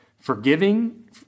forgiving